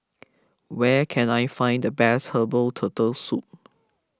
where can I find the best Herbal Turtle Soup